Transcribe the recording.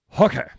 Okay